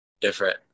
Different